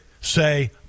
say